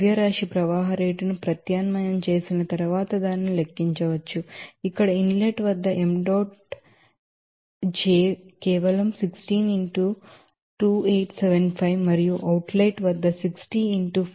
కాబట్టి ఆ mass flow rate ను ప్రత్యామ్నాయం చేసిన తరువాత దానిని లెక్కించవచ్చు ఇక్కడ ఇన్ లెట్ వద్ద m dot j కేవలం 16 into 2875 మరియు అవుట్ లెట్ 60 into 417